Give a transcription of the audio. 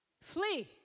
Flee